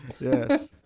Yes